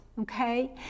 Okay